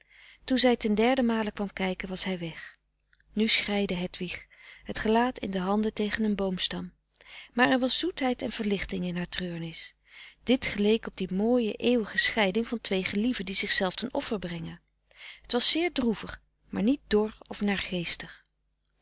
toen zij ten derden male kwam kijken was hij weg nu schreide hedwig het gelaat in de handen tegen een boomstam maar er was zoetheid en verlichting in haar treurnis dit geleek op die mooie eeuwige scheiding van twee gelieven die zichzelf ten offer brengen het was zeer droevig maar niet dor of